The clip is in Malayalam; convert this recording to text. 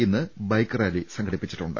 ഇന്ന് ബൈക്ക്റാലി സംഘടിപ്പിച്ചിട്ടുണ്ട്